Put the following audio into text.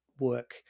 work